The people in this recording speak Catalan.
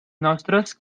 nostres